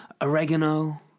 oregano